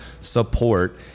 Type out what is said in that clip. support